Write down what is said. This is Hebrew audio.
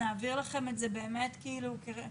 נעביר לכם את זה באמת מהר.